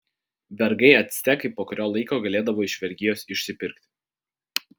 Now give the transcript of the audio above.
vergai actekai po kurio laiko galėdavo iš vergijos išsipirkti